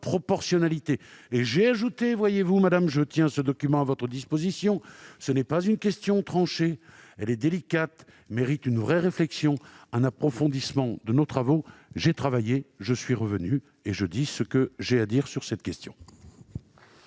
proportionnalité. J'ai ajouté- madame la sénatrice, je tiens le document à votre disposition :« Ce n'est pas une question tranchée ; elle est délicate et mérite une vraie réflexion, un approfondissement de nos travaux. » J'ai travaillé, je suis revenu devant vous et je dis ce que j'ai à dire sur cette question.